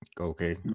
Okay